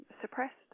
suppressed